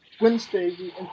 Wednesday